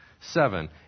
Seven